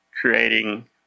creating